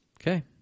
Okay